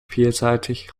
vielseitig